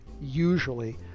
usually